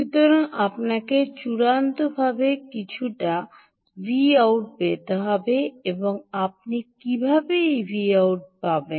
সুতরাং আপনাকে চূড়ান্তভাবে কিছুটা Vout পেতে হবে এবং আপনি কীভাবে এই Vout পাবেন